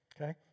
okay